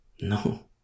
No